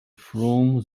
from